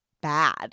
bad